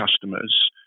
customers